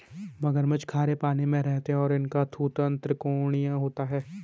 मगरमच्छ खारे पानी में रहते हैं और इनका थूथन त्रिकोणीय होता है